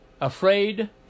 afraid